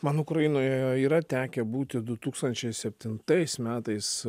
man ukrainoje yra tekę būti du tūkstančiai septintais metais